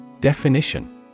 Definition